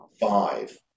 five